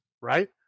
Right